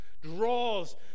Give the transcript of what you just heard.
draws